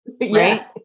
Right